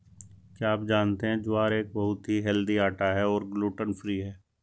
क्या आप जानते है ज्वार एक बहुत ही हेल्दी आटा है और ग्लूटन फ्री है?